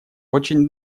очень